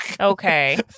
Okay